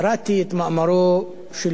קראתי את מאמרו של